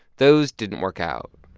those didn't work out.